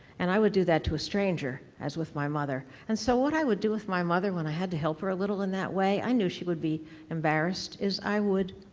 and i would do that to a stranger as with my mother. and, so, what i would do with my mother when i had to help her a little in that way i knew she would be embarrassed is i would